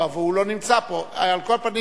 הוא לא נמצא כאן.